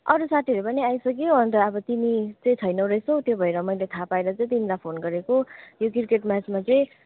अरू साथीहरू पनि आइसक्यो अन्त अब तिमी चाहिँ छैनौ रहेछौ त्यो भएर मैले थाहा पाएर चाहिँ तिमीलाई फोन गरेको यो क्रिकेट म्याचमा चाहिँ